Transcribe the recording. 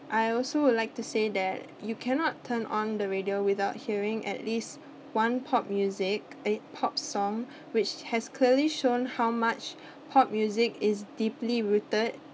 I also would like to say that you cannot turn on the radio without hearing at least one pop music eh pop song which has clearly shown how much pop music is deeply rooted